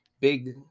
big